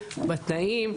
בתנאים,